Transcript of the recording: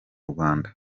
rwanda